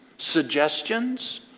Suggestions